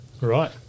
Right